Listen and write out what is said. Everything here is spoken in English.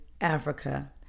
Africa